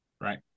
right